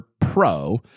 Pro